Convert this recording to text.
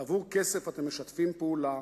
בעבור כסף אתם משתפים פעולה